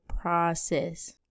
process